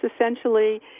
essentially